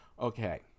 okay